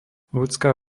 ľudská